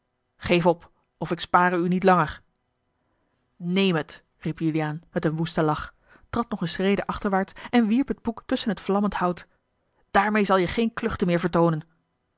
geef op of ik spare u niet langer neem het riep juliaan met een woesten lach trad nog eene schrede achterwaarts en wierp het boek tusschen het vlammend hout daarmeê zal je geen kluchten meer vertoonen